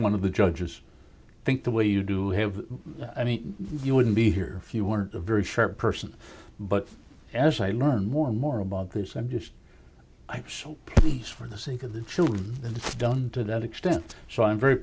one of the judges think the way you do have i mean you wouldn't be here if you weren't a very sharp person but as i learned more and more about this i'm just i was so please for the sake of the children and it's done to that extent so i'm very